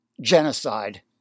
genocide